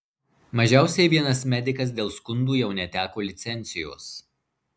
mažiausiai vienas medikas dėl skundų jau neteko licencijos